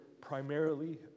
primarily